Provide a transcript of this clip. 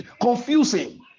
confusing